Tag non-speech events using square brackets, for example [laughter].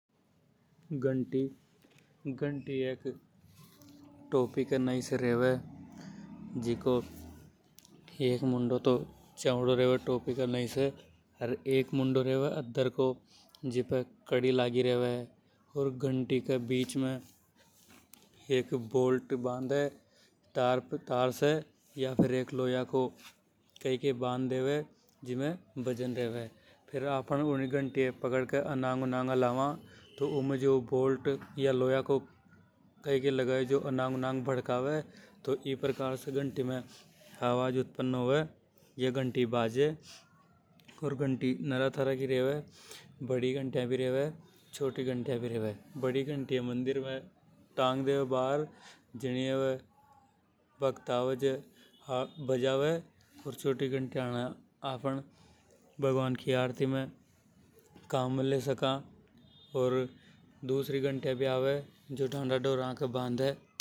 घंटी, घंटी एक टोपी के नई से रेवे, जिको मुंडो तो टोपी के नई से चवड़ो रेवे। अर मुंडो अद्दर रेवे [noise] जीपे कड़ी लागी रेवे। ओर घंटी के बीच में बोल्ट बांधे तार से। [unintelligible] फेर आपन ऊ घंटी ये पकड़ के अनंग उनंग हलावा जिसे ऊ बोल्ट, कई-कई लगायो जो अनंग उनंग भड़कावे। तो ई प्रकार से घंटी में आवाज उत्पन्न होवे, या घंटी बाजे। अर घंटी [noise] नरा तरह की रेवे, बड़ी घंटी भी रेवे अर छोटी घंटी भी रेवे । बड़ी घंटी मंदिर में टांग देवे बाहर। [unintelligible] ओर छोटी [noise] घंटियां ने आफ़न भगवान की आरती काम ले सका। ओर उसी घंटियां भी आवे जो ढांडा डोर के बांधे। [noise]